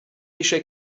eisiau